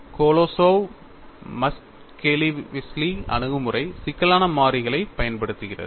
Kolosov Muskhelishvili அணுகுமுறை சிக்கலான மாறிகளைப் பயன்படுத்துகிறது